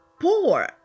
poor